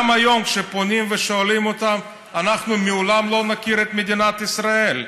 גם היום כשפונים ושואלים אותם: אנחנו לעולם לא נכיר במדינת ישראל.